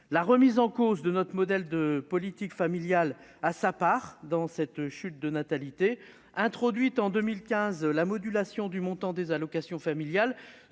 La remise en cause de notre modèle de politique familiale a sa part dans cette chute de la natalité. Introduite en 2015, la modulation du montant des allocations familiales